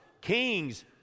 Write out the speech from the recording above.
Kings